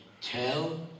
tell